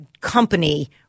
company